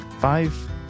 Five